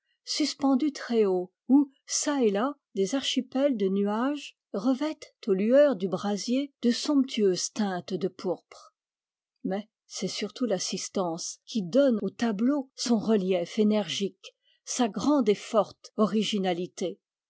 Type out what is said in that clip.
suspendue très haut où çà et là des archipels de nuages revêtent aux lueurs du brasier de somptueuses teintes de pourpre mais c'est surtout l'assistance qui donne au tableau son relief énergique sa grande et forte originalité